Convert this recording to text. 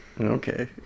Okay